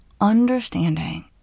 understanding